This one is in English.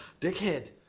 Dickhead